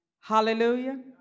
Hallelujah